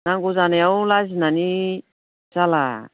नांगौ जानायाव लाजिनानै जाला